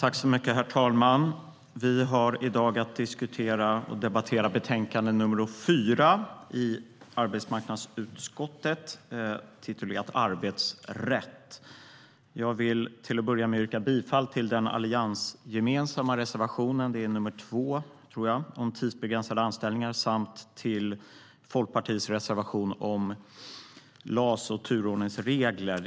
STYLEREF Kantrubrik \* MERGEFORMAT Arbetsrätt. Jag börjar med att yrka bifall till reservation 2 från allianspartierna om tidsbegränsade anställningar och till Folkpartiets reservation 20 om LAS och turordningsregler.